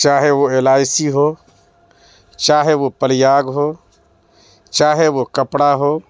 چاہے وہ L I C ہو چاہے وہ پریاگ ہو چاہے وہ کپڑا ہو